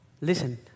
listen